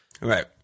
Right